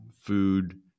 food